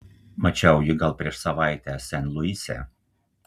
mačiau jį gal prieš savaitę sen luise